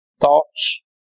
thoughts